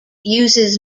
uses